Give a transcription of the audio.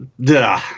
duh